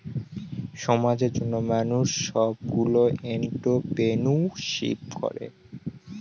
সমাজের জন্য মানুষ সবগুলো এন্ট্রপ্রেনিউরশিপ করে